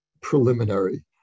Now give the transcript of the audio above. preliminary